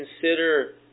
consider